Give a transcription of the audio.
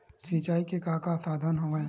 सिंचाई के का का साधन हवय?